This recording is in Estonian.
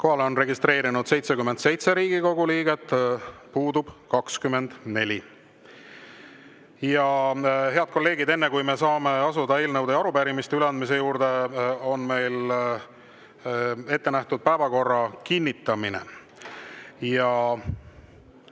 Kohalolijaks on registreerunud 77 Riigikogu liiget, puudub 24.Head kolleegid, enne kui me saame asuda eelnõude ja arupärimiste üleandmise juurde, on meil ette nähtud päevakorra kinnitamine. Kui